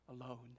alone